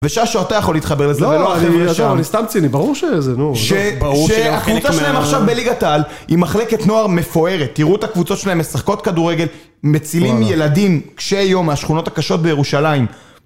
ושעה שאתה יכול להתחבר לזה, ולא אחרי שם. טוב, אני סתם ציני, ברור שזה, נו. שהקבוצה שלהם עכשיו בליגת על, היא מחלקת נוער מפוארת. תראו את הקבוצות שלהם, משחקות כדורגל, מצילים ילדים, קשי יום, מהשכונות הקשות בירושלים.